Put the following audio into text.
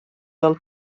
del